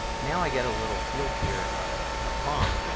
now i get a little field here, a prompt,